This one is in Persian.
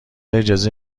اجازه